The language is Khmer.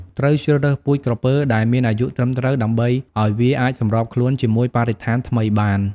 ត្រូវជ្រើសរើសពូជក្រពើដែលមានអាយុត្រឹមត្រូវ ដើម្បីឲ្យវាអាចសម្របខ្លួនជាមួយបរិស្ថានថ្មីបាន។